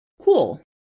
cool